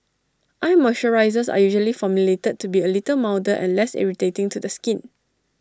eye moisturisers are usually formulated to be A little milder and less irritating to the skin